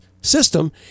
system